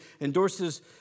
endorses